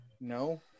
No